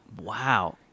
Wow